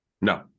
No